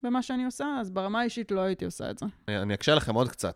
במה שאני עושה, אז ברמה האישית לא הייתי עושה את זה. אני אקשה לכם עוד קצת.